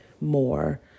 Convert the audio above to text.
more